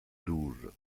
douze